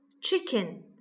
chicken